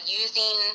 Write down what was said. using